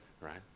Right